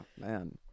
man